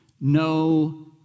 no